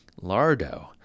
lardo